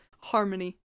harmony